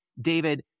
David